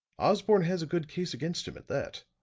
osborne has a good case against him, at that.